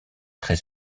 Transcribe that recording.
très